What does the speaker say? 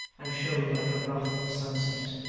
and showed like a wrathful sunset.